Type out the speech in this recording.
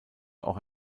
auch